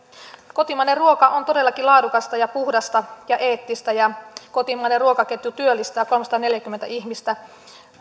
kotimainen ruoka on todellakin laadukasta ja puhdasta ja eettistä ja kotimainen ruokaketju työllistää noin kolmesataaneljäkymmentätuhatta ihmistä